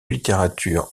littérature